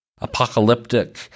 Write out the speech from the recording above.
Apocalyptic